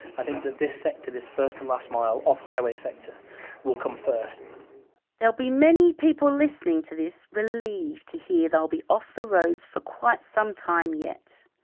i think that this sector, this first and last mile off highway sector will come first there'll be many people listening to this relieved to hear they'll be off the roads for quite some time yet.